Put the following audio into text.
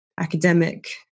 academic